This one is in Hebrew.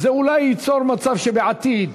זה אולי ייצור מצב שבעתיד,